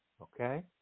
Okay